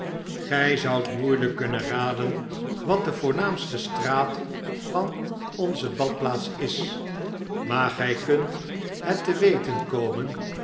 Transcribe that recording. gg zoudt moeieiyk kunnen raden wat de voornaamste straat van onze badplaats is maar gy kunt het te weten komen